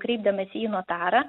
kreipdamiesi į notarą